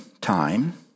time